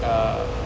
ah